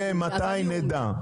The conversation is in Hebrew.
ומתי נדע?